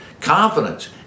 confidence